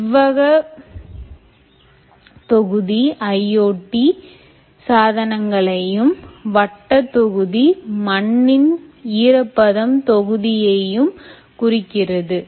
செவ்வக தொகுதி IoT சாதனங்களையும் வட்ட தொகுதி மண்ணின் ஈரப்பதம் தொகுதியையும் குறிக்கிறது